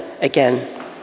again